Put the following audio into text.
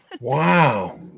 wow